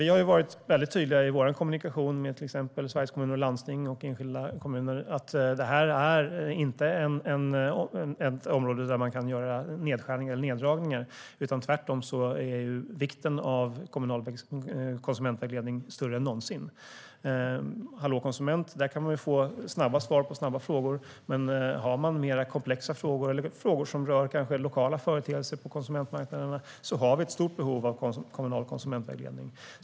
Vi har varit tydliga i vår kommunikation med till exempel Sveriges Kommuner och Landsting och enskilda kommuner att det här inte är ett område där man kan göra neddragningar, utan tvärtom är vikten av kommunal konsumentvägledning större än någonsin. Hos Hallå konsument kan man få snabba svar på snabba frågor, men har man mer komplexa frågor eller frågor som kanske rör lokala företeelser på konsumentmarknaden fyller den kommunala konsumentvägledningen en stor funktion.